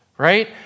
Right